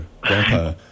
Grandpa